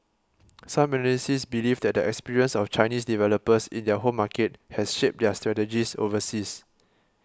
some analysts believe that the experience of Chinese developers in their home market has shaped their strategies overseas